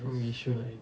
from yishun